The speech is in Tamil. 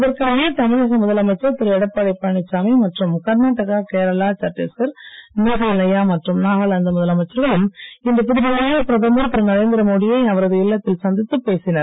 இதற்கிடையே தமிழக முதலமைச்சர் திரு எடப்பாடி பழனிசாமி மற்றும் கர்நாடகா கேரளா சட்டீஸ்கர் மேகாலயா மற்றும் நாகாலாந்து முதலமைச்சர்களும் இன்று புதுடில்லியில் பிரதமர் திரு நரேந்திரமோடியை அவரது இல்லத்தில் சந்தித்துப் பேசினார்